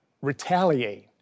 retaliate